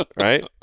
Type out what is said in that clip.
Right